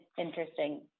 interesting